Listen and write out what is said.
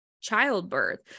childbirth